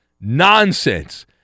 nonsense